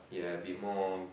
yeah be more